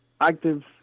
active